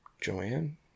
Joanne